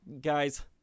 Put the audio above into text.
guys